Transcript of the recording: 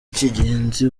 cy’ingenzi